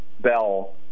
Bell